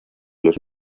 los